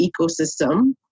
ecosystem